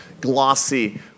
Glossy